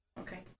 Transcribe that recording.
Okay